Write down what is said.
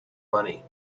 money